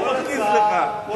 איך הוא מכניס לך.